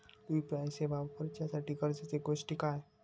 UPI सेवा वापराच्यासाठी गरजेचे गोष्टी काय?